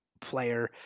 player